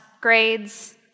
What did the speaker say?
grades